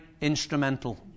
instrumental